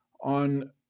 on